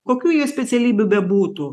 kokių jie specialybių bebūtų